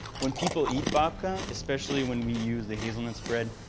when people eat babka, especially when we use the hazelnut spread,